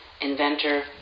inventor